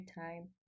time